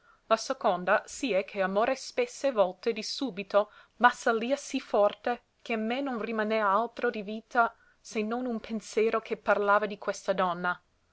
la seconda si è che amore spesse volte di subito m'assalia sì forte che n me non rimanea altro di vita se non un pensero che parlava di questa donna